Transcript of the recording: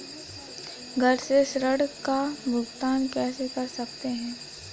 घर से ऋण का भुगतान कैसे कर सकते हैं?